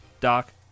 Doc